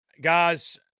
Guys